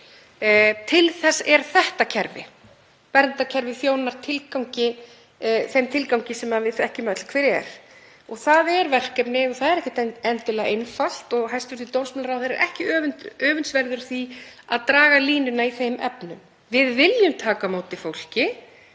Til þess er þetta kerfi. Verndarkerfið þjónar þeim tilgangi sem við þekkjum öll hver er. Það er verkefni og það er ekkert endilega einfalt og hæstv. dómsmálaráðherra ekki öfundsverður af því að draga línuna í þeim efnum. Við viljum taka á móti fólki